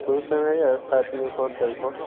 সেইয়াই চাৰে তিনিশ চাৰিশ